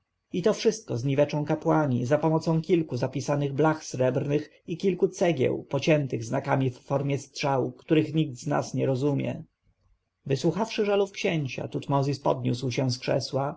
to wszystko zniweczą kapłani zapomocą kilku zapisanych blach srebrnych i kilku cegieł pociętych znakami w formie strzał których nikt z nas nie rozumie wysłuchawszy żalów księcia tutmozis podniósł się z krzesła